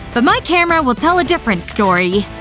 but my camera will tell a different story.